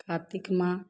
कार्तिक माह